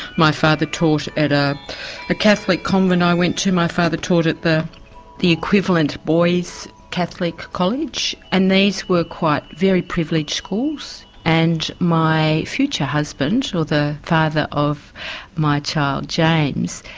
my father taught at a catholic convent i went to my father taught at the the equivalent boys catholic college, and these were very privileged schools. and my future husband, or the father of my child, james,